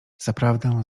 zaprawdę